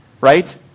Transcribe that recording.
right